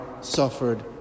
suffered